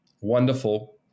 wonderful